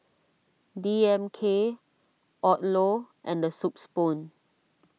D M K Odlo and the Soup Spoon